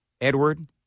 Edward